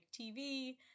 TV